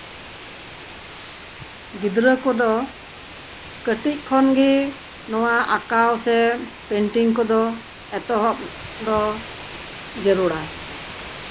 ᱜᱤᱫᱽᱨᱟᱹ ᱠᱚᱫᱚ ᱠᱟᱹᱴᱤᱡ ᱠᱷᱚᱱᱜᱮ ᱱᱚᱣᱟ ᱟᱠᱟᱣ ᱥᱮ ᱯᱮᱱᱴᱤᱝ ᱠᱚᱫᱚ ᱮᱛᱚᱦᱚᱵ ᱫᱚ ᱡᱟᱹᱨᱩᱲᱟ